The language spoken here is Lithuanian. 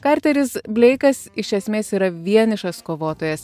karteris bleikas iš esmės yra vienišas kovotojas